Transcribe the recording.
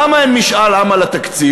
למה אין משאל עם על התקציב?